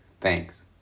Thanks